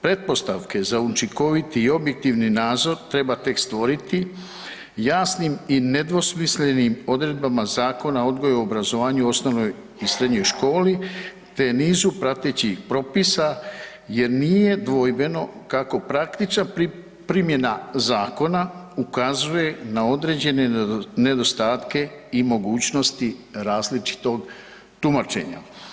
Pretpostavke za učinkoviti i objektivni nadzor treba tek stvoriti jasnim i nedvosmislenim odredbama Zakona o odgoju i obrazovanju u osnovnoj i srednjoj školi, te nizu pratećih propisa jer nije dvojbeno kako praktična primjena zakona ukazuje na određene nedostatke i mogućnosti različitog tumačenja.